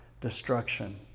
destruction